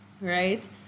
right